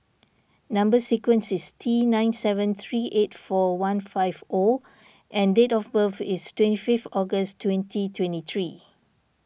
Number Sequence is T nine seven three eight four one five O and date of birth is twenty fifth August twenty twenty three